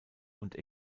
und